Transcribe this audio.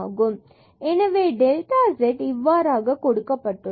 zf0x0y f00 x2y2cos 1x2y2 எனவே delta z இவ்வாறாக கொடுக்கப்பட்டுள்ளது